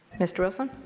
mr. wilson.